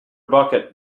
bucket